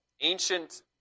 ancient